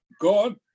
God